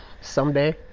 someday